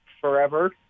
forever